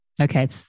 Okay